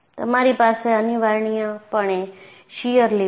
તમારી પાસે અનિવાર્યપણે શીયર લિપ છે